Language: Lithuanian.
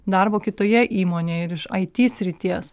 darbo kitoje įmonėje ir iš it srities